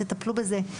תטפלו בזה,